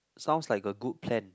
sounds like a good plan